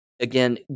Again